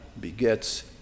begets